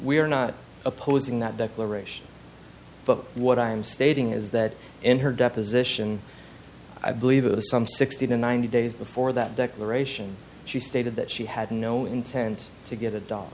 we are not opposing that declaration but what i'm stating is that in her deposition i believe of the some sixty to ninety days before that declaration she stated that she had no intent to get a do